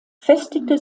festigte